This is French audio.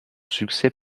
succès